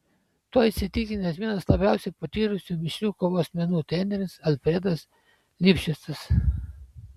tuo įsitikinęs vienas labiausiai patyrusių mišrių kovos menų treneris alfredas lifšicas